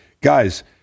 guys